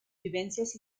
vivencias